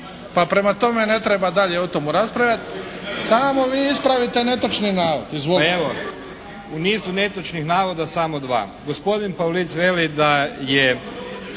pa prema tome ne treba dalje o tome raspravljati. Samo vi ispravite netočni navod. Izvolite. **Pleša, Velimir (HDZ)** Pa evo u nizu netočnih navoda samo dva. Gospodin Pavlic veli da se